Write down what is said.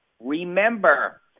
remember